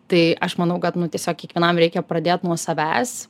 tai aš manau kad nu tiesiog kiekvienam reikia pradėt nuo savęs